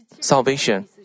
salvation